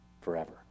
forever